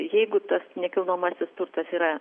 jeigu tas nekilnojamasis turtas yra